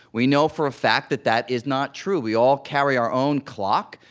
we know for a fact that that is not true. we all carry our own clock,